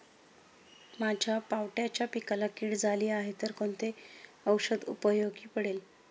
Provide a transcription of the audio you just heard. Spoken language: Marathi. माझ्या पावट्याच्या पिकाला कीड झाली आहे तर कोणते औषध उपयोगी पडेल?